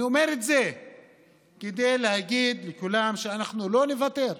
אני אומר את זה כדי להגיד לכולם שאנחנו לא נוותר.